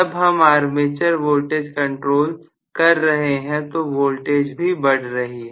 जब हम armature voltage control कर रहे हैं तो वोल्टेज भी बढ़ रही है